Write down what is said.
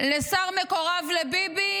לשר מקורב לביבי,